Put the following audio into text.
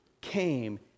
came